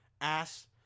ass